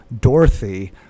Dorothy